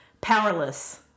Powerless